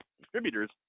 distributors